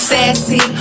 Sassy